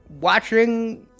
watching